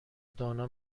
دانا